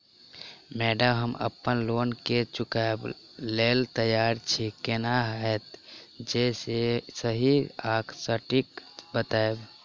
Madam हम अप्पन loan केँ चुकाबऽ लैल तैयार छी केना हएत जे सही आ सटिक बताइब?